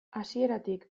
hasieratik